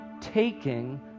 taking